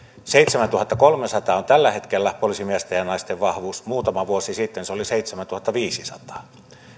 seitsemäntuhattakolmesataa on tällä hetkellä poliisimiesten ja naisten vahvuus muutama vuosi sitten se oli seitsemäntuhattaviisisataa